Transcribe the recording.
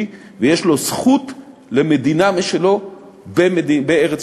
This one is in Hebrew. ויש לו זכות למדינה משלו בארץ-ישראל.